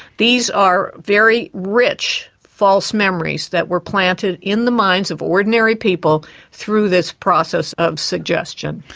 these are very rich false memories that were planted in the minds of ordinary people through this process of suggestion.